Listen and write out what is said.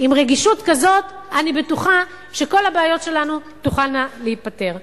עם רגישות כזאת אני בטוחה שכל הבעיות שלנו תוכלנה להיפתר.